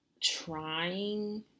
trying